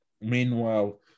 Meanwhile